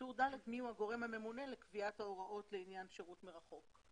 טור ד' מי הוא הגור הממונה לקביעת ההוראות לעניין שירות מרחוק,